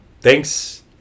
Thanks